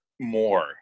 more